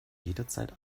jederzeit